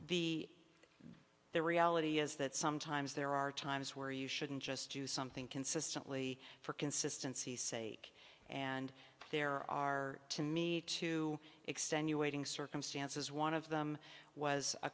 the the reality is that sometimes there are times where you shouldn't just do something consistently for consistency sake and there are to me too extenuating circumstances one of them was a